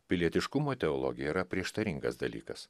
pilietiškumo teologija yra prieštaringas dalykas